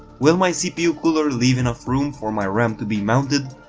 will my cpu cooler leave enough room for my ram to be mounted?